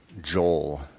Joel